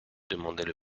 demandaient